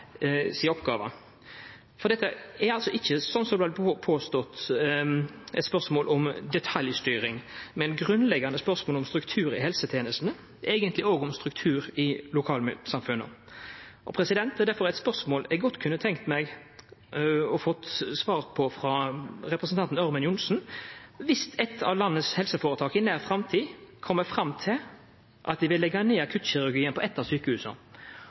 si oppgåve? Dette er altså ikkje, slik det har vore påstått, eit spørsmål om detaljstyring, men grunnleggjande spørsmål om struktur i helsetenestene – eigentleg òg om struktur i lokalsamfunna. Det er difor eitt spørsmål eg godt kunne tenkt meg å få svar på frå representanten Ørmen Johnsen: Dersom eitt av landets helseføretak i nær framtid kjem fram til at dei vil leggja ned akuttkirurgien på eitt av sjukehusa,